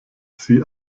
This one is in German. sie